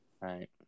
right